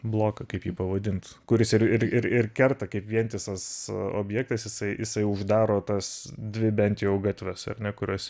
bloką kaip jį pavadint kuris ir ir ir ir kerta kaip vientisas objektas jisai jisai uždaro tas dvi bent jau gatves ar ne kurios